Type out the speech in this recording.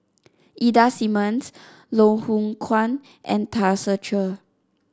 Ida Simmons Loh Hoong Kwan and Tan Ser Cher